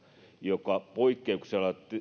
joka poikkeuksellisissa